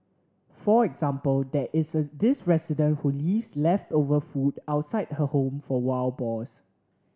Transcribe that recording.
for example there is this resident who leaves leftover food outside her home for wild boars